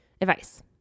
Advice